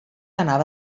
anava